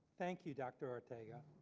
thank you dr ortega.